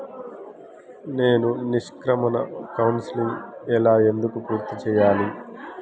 నేను నిష్క్రమణ కౌన్సెలింగ్ ఎలా ఎందుకు పూర్తి చేయాలి?